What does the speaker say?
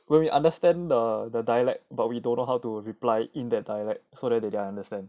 when we understand the the dialect but we don't know how to reply in that dialect so that they can understand